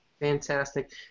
Fantastic